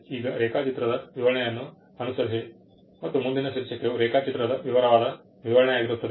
ಈಗ ರೇಖಾಚಿತ್ರದ ವಿವರಣೆಯನ್ನು ಅನುಸರಿಸಿ ಮತ್ತು ಮುಂದಿನ ಶೀರ್ಷಿಕೆಯು ರೇಖಾಚಿತ್ರದ ವಿವರವಾದ ವಿವರಣೆಯಾಗಿರುತ್ತದೆ